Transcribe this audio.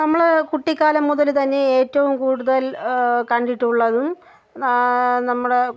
നമ്മൾ കുട്ടിക്കാലം മുതൽ തന്നെ ഏറ്റവും കൂടുതൽ കണ്ടിട്ടുള്ളതും നാ നമ്മുടെ